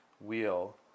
wheel